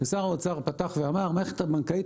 שר האוצר פתח ואמר: "המערכת הבנקאית